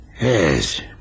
Yes